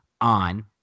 on